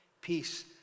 Peace